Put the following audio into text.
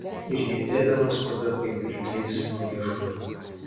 ir jie ėda mus tada kaip rykliai smulkią žuvį